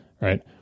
right